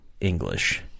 English